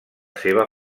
seva